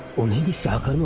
the south